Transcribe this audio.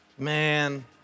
Man